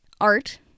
art